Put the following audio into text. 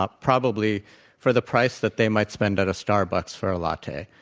ah probably for the price that they might spend at a starbucks for a latte.